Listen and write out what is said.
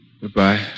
Goodbye